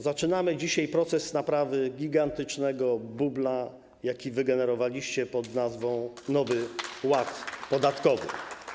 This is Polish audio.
Zaczynamy dzisiaj proces naprawy gigantycznego bubla, jaki wygenerowaliście pod nazwą nowy ład podatkowy.